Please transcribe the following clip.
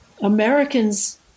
Americans